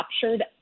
captured